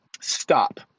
Stop